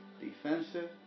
defensive